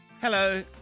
Hello